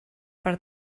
per